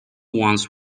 ones